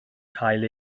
cael